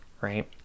right